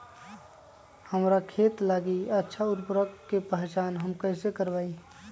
हमार खेत लागी अच्छा उर्वरक के पहचान हम कैसे करवाई?